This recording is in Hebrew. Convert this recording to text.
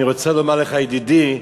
אני רוצה לומר לך, ידידי: